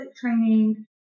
training